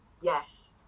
yes